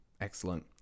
excellent